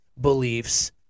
beliefs